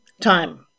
time